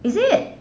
is it